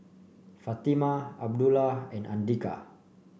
Fatimah Abdullah and Andika